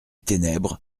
ténèbres